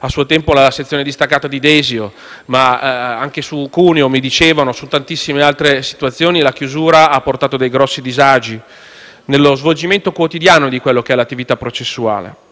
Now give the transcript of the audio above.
a suo tempo la sezione distaccata di Desio, ma anche su Cuneo e su tantissime altre realtà la chiusura ha portato notevoli disagi nello svolgimento quotidiano dell'attività processuale.